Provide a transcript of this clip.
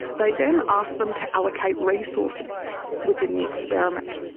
they then asked them to allocate resources within the experiment.